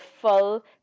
full